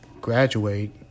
graduate